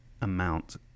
amount